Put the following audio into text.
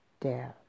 death